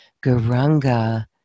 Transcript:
Garanga